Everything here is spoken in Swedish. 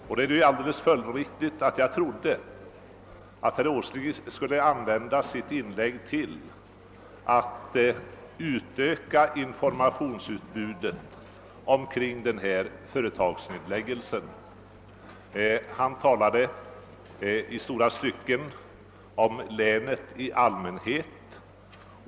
Jag trodde därför att herr Åsling skulle använda sitt inlägg till att utöka informationsutbudet kring nedläggandet av Äggfors. Men han talade i stora stycken om länet i allmänhet.